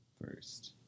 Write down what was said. First